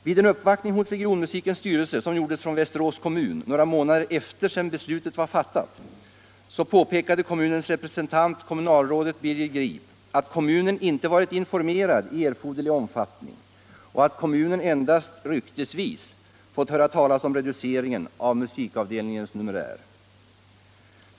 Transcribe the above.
Vid en uppvaktning hos regionmusikens styrelse som gjordes från Västerås kommun några månader efter det att beslutet var fattat påpekade kommunens representant — kommunalrådet Birger Grip — att kommunen inte varit informerad i erforderlig omfattning och att kommunen ”endast ryktesvis” fått höra talas om reduceringen av musikavdelningens numerär.